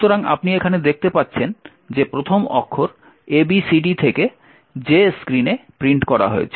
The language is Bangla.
সুতরাং আপনি এখানে দেখতে পাচ্ছেন যে প্রথম অক্ষর ABCD থেকে J স্ক্রীনে প্রিন্ট করা হয়েছে